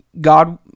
God